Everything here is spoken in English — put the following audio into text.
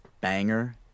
banger